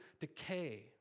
decay